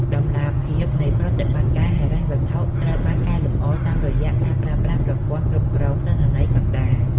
តម្លាភាពនៃប្រតិបត្តិការហិរញ្ញវត្ថុត្រូវបានកែលម្អ តាមរយៈការប្រើប្រាស់ប្រព័ន្ធគ្រប់គ្រងទិន្នន័យកណ្ដាល។